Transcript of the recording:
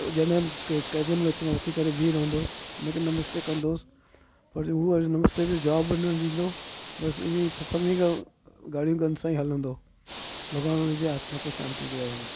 जॾहिं कैबिन में अचिणो उथी करे बीह रहंदोसि उन खे नमस्ते कंदोसि पर जे हूं अॼु नमस्ते जो जवाब बि न ॾींदो हुओ बसि ईअं ई सभिनी खां ॻाड़ियूं गन सां ई हलंदो हुओ भॻवानु हुन जी आत्मा खे शांती ॾिए